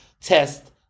test